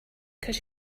cause